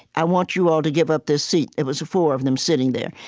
i want you all to give up this seat. it was the four of them sitting there.